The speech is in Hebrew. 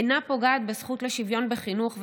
אינה פוגעת בזכות לשוויון בחינוך,